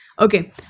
okay